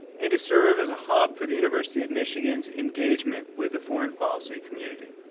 and to serve as a hub for the university of michigan's engagement with a foreign policy community.